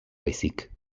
baizik